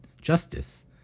justice